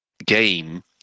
Game